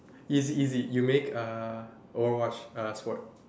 is easy you make uh overwatch uh a sport